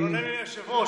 לא נעים לי מהיושב-ראש,